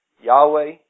Yahweh